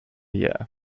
year